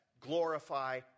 glorify